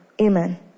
Amen